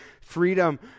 Freedom